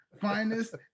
finest